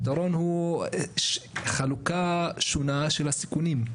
הפתרון הוא חלוקה שונה של הסיכונים.